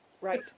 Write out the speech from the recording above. Right